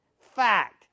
Fact